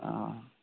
हँ